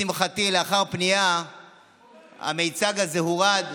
לשמחתי, לאחר פנייה המיצג הזה הורד,